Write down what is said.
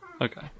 okay